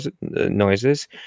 noises